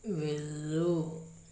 వెళ్ళు